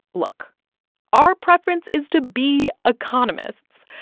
look our preference is to be economists,